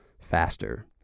faster